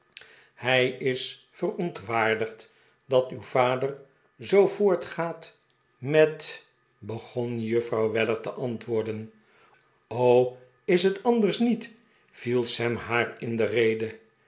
hij is verontwaardigd dat uw vader zoo voortgaat met begon juffrouw weller te antwoorden is het anders niet viel sam haar in de rede